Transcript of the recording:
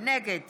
נגד